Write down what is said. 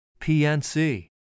PNC